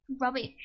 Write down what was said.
rubbish